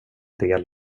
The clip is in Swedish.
del